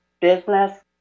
business